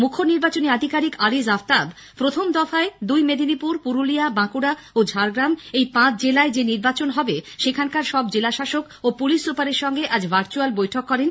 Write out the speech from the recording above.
মুখ্য নির্বাচনী আধিকারিক আরিজ আফতাব প্রথম দফায় দুই মেদিনীপুর পুরুলিয়া বাঁকুড়া ও ঝাড়গ্রাম এই পাঁচ জেলায় যে নির্বাচন হবে সেখানকার সব জেলাশাসক এবং পুলিশ সুপারের সঙ্গে আজ ভার্চুয়াল বৈঠক করেন